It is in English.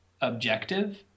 objective